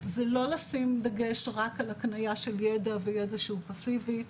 זה לא לשים דגש רק על הקנייה של ידע וידע שהוא פאסיבי,